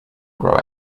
grow